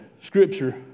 scripture